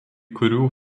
kurių